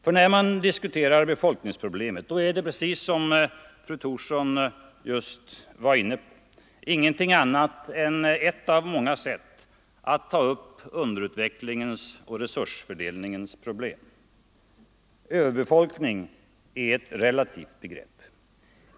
För när man diskuterar befolkningsproblemet är det ingenting annat än ett av många sätt att ta upp underutvecklingens och resursfördelningens problem. Överbefolkning är ett relativt problem.